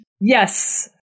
Yes